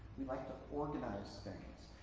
we like to organize things.